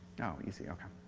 easy. ok.